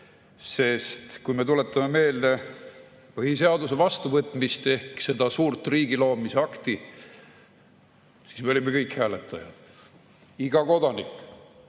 Kui me tuletame meelde põhiseaduse vastuvõtmist ehk seda suurt riigi loomise akti, siis me olime kõik hääletajad. Iga kodanik,